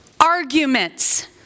arguments